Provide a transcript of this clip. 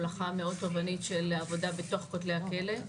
מלאכה מאוד תובענית של עבודה בתוך כותלי הכלא.